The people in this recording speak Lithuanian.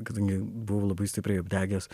kadangi buvau labai stipriai apdegęs